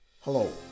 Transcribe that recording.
Hello